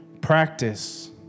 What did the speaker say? practice